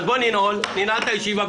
אז בוא ננעל את הישיבה,